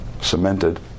cemented